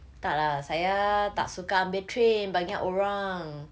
tak lah saya tak suka ambil train banyak orang